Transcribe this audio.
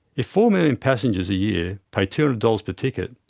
if four million passengers a year pay two hundred dollars per ticket,